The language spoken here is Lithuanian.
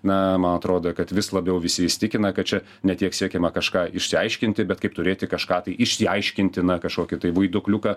na man atrodo kad vis labiau visi įsitikina kad čia ne tiek siekiama kažką išsiaiškinti bet kaip turėti kažką tai išsiaiškintiną kažkokį vaiduokliuką